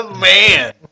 Man